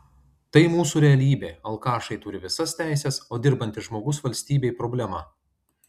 tai mūsų realybė alkašai turi visas teises o dirbantis žmogus valstybei problema